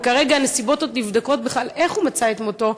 וכרגע הנסיבות עוד נבדקות בכלל איך הוא מצא את מותו,